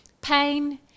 pain